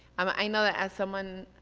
um i know as someone,